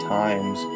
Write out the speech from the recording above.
times